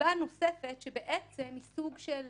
נסיבה נוספת שבעצם היא סוג של